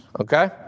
okay